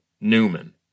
Newman